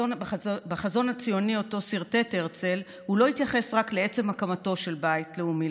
בחזון הציוני שסרטט הרצל הוא לא התייחס רק לעצם הקמתו של בית לאומי